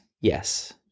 yes